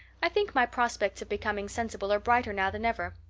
i think my prospects of becoming sensible are brighter now than ever.